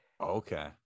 Okay